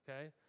Okay